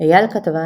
אייל כתבן,